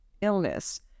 illness